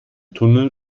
tunnel